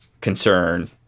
concern